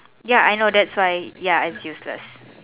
ya I know that's why ya it's useless